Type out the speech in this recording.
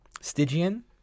Stygian